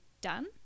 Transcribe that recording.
done